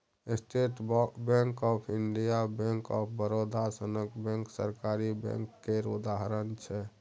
state Bank of India, Bank of Baroda सनक bank सरकारी bank केर उदाहरण छै